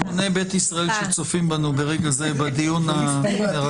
המוני בית ישראל שצופים בנו ברגע זה בדיון המרגש.